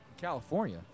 California